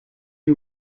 les